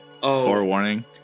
forewarning